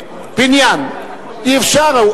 פיניאן, אי-אפשר.